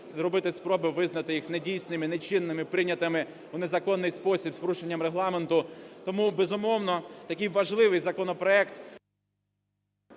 зробити спроби визнати їх недійсними, нечинними, прийнятими у незаконний спосіб, з порушенням Регламенту. Тому, безумовно, такий важливий законопроект…